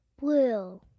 Blue